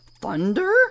Thunder